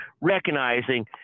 recognizing